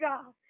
God